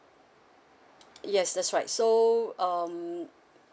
yes that's right so um